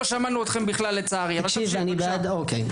לצערי, לא שמענו אתכם בכלל אבל תמשיך, בבקשה.